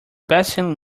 bestselling